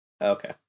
Okay